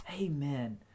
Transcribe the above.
Amen